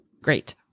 Great